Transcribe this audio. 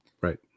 Right